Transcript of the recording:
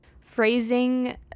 phrasing